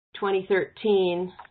2013